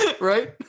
Right